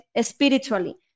Spiritually